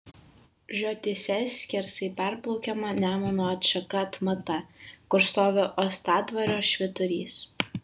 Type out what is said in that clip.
žiotyse skersai perplaukiama nemuno atšaka atmata kur stovi uostadvario švyturys